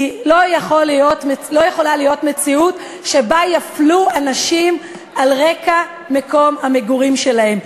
כי לא יכולה להיות מציאות שבה יפלו אנשים על רקע מקום המגורים שלהם.